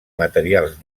materials